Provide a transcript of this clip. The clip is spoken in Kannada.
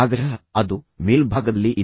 ಭಾಗಶಃ ಮತ್ತು ಅದು ಮೇಲ್ಭಾಗದಲ್ಲಿ ಇದೆ